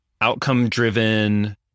outcome-driven